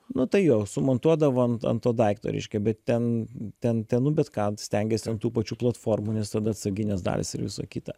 nu tai jo sumontuodavo ant ant to daikto reiškia bet ten ten ten nu bet ką stengiasi ant tų pačių platformų nes tada atsarginės dalys ir visa kita